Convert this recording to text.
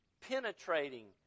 penetrating